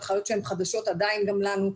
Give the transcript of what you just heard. הנחיות שהן חדשות עדיין גם לנו,